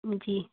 जी